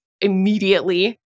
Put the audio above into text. immediately